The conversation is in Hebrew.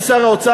האם שר האוצר,